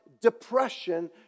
depression